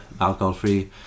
alcohol-free